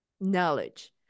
knowledge